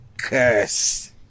curse